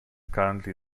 currently